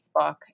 Facebook